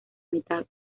mitad